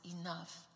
enough